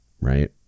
right